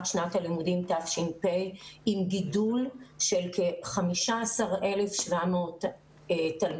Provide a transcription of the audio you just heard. שנת הלימודים תש"פ עם גידול של כ 15,700 תלמידים.